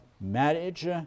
marriage